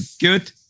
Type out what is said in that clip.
Good